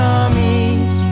armies